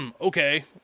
okay